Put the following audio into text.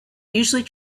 usually